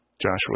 Joshua